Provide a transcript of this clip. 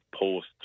post